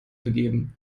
begeben